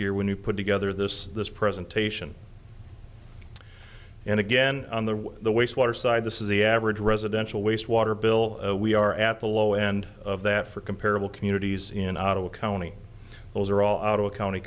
year when you put together this this presentation and again on the wastewater side this is the average residential waste water bill we are at the low end of that for comparable communities in ottawa county those are all out of county